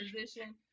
position